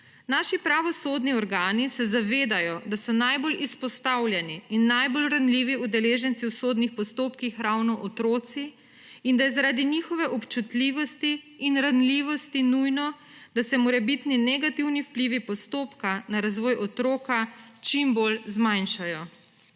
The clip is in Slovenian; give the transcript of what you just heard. Naši pravosodni organi se zavedajo, da so najbolj izpostavljeni in najbolj ranljivi udeleženci v sodnih postopkih ravno otroci in da je zaradi njihove občutljivosti in ranljivosti nujno, da se morebitni negativni vplivi postopka na razvoj otroka čim bolj zmanjšajo.